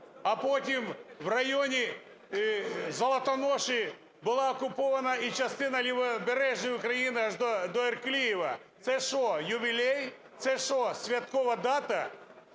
А потім в районі Золотоноші була окупована і частина Лівобережної України аж до Ірклієва. Це що – ювілей, це що – святкова дата?